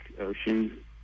ocean